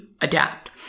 adapt